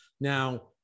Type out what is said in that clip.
Now